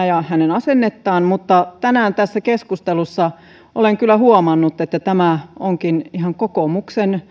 ja hänen asennettaan aika käsittämättöminä mutta tänään tässä keskustelussa olen kyllä huomannut että tämä onkin kokoomuksen